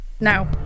now